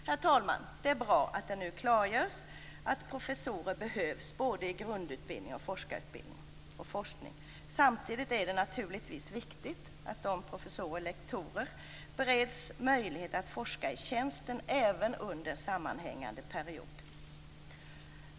Herr talman! Det är bra att det nu klargörs att professorer behövs både i grundutbildning och i forskning och forskarutbildning. Samtidigt är det naturligtvis viktigt att professorer och lektorer bereds möjlighet att forska i tjänsten även under en sammanhängande period.